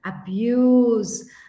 abuse